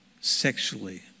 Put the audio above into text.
sexually